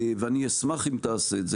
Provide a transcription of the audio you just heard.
ואני אשמח אם תעשה את זה,